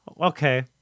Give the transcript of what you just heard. Okay